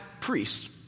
priests